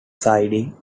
siding